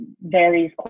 varies